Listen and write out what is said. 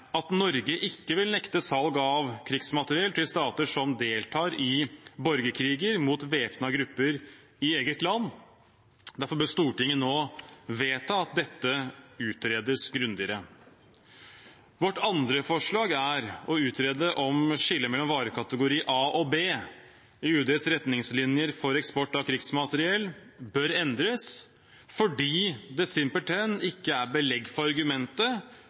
at Norge ikke vil nekte salg av krigsmateriell til stater som deltar i borgerkriger mot væpnede grupper i eget land. Derfor bør Stortinget nå vedta at dette utredes grundigere. Vårt andre forslag er å utrede om skillet mellom varekategori A og B i UDs retningslinjer for eksport av krigsmateriell bør endres, fordi det simpelthen ikke er belegg for argumentet